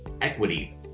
equity